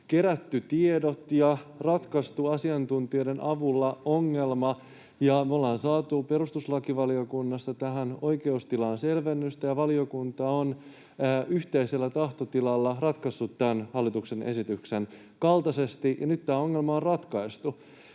kerätty tiedot ja ratkaistu asiantuntijoiden avulla ongelma. Me ollaan saatu perustuslakivaliokunnasta tähän oikeustilaan selvennystä, ja valiokunta on yhteisellä tahtotilalla tämän ratkaissut hallituksen esityksen kaltaisesti, ja nyt tämä ongelma on ratkaistu.